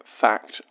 fact